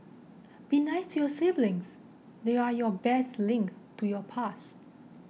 be nice to your siblings they're your best link to your past